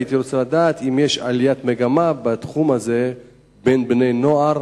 הייתי רוצה לדעת אם יש עליית מגמה בתחום הזה בין בני נוער,